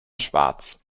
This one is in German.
schwarz